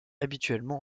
habituellement